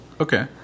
Okay